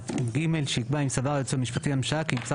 (ב1)(1)(ג) שיקבע 'אם סבר היועץ המשפטי לממשלה כי נבצר